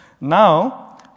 Now